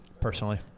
personally